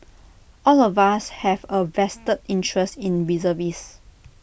all of us have A vested interest in reservist